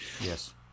Yes